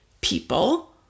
people